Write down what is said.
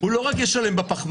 הוא לא רק ישלם בפחמן,